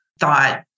thought